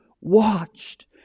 watched